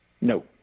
No